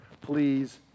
Please